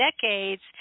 decades